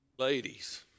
Ladies